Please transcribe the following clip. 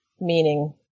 meaning